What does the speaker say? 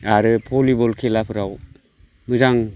आरो भलिबल खेलाफ्राव मोजां